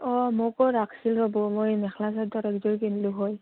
অঁ মোক' ৰাখছিল ৰ'ব মই এই মেখেলা চাদৰ একযোৰ কিনলোঁ হয়